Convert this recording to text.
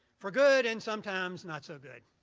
for good and sometimes not so good.